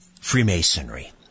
Freemasonry